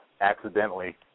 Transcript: accidentally